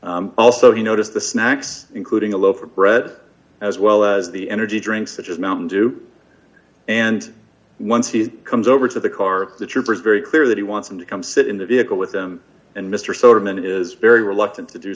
nervous also he noticed the snacks including a loaf of bread as well as the energy drink such as mountain dew and once he comes over to the car the trooper is very clear that he wants him to come sit in the vehicle with them and mr soderman is very reluctant to do